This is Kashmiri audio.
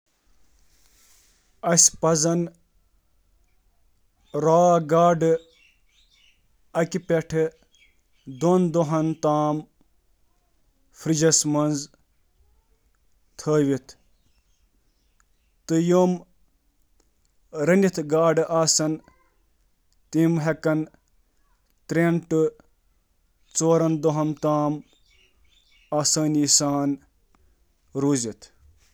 U S food and drug administration ,F D A ,چھُ خریدٲری پتہٕ دۄن دۄہَن انٛدر انٛدر تازٕ گاڈٕ کھٮ۪نٕچ سفارش کران۔